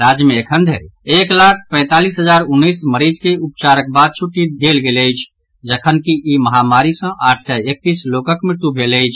राज्य मे एखन धरि एक लाख पैंतालीस हजार उन्नैस मरीज के उपचारक बाद छुट्टी देल गेल अछि जखनकि ई महामारी सँ आठ सय एकतीस लोकक मृत्यु भेल अछि